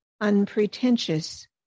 unpretentious